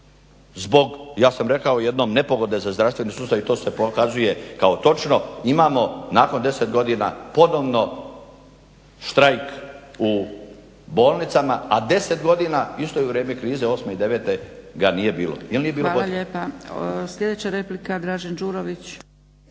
danas, ja sam rekao jednom nepogode za zdravstveni sustav i to se pokazuje kao točno, imamo nakon 10 godina ponovno štrajk u bolnicama, a 10 godina isto u vrijeme krize '08. i '09. ga nije bilo jer nije bilo potrebe.